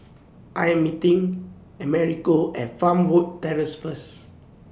I Am meeting Americo At Fernwood Terrace First